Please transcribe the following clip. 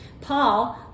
Paul